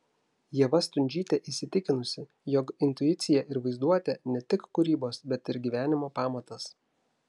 ieva stundžytė įsitikinusi jog intuicija ir vaizduotė ne tik kūrybos bet ir gyvenimo pamatas